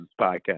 Podcast